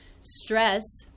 Stress